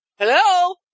hello